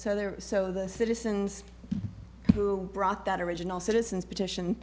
so there so the citizens who brought that original citizens petition